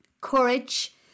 courage